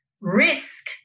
risk